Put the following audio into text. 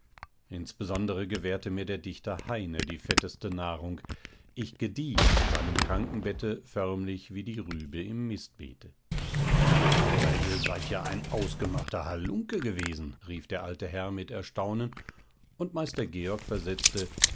insbesondere gewährte mir der dichter heine die fetteste nahrung ich gedieh an seinem krankenbette förmlich wie die rübe im mistbeete aber ihr seid ja ein ausgemachter halunke gewesen rief der alte herr mit erstaunen und meister georg versetzte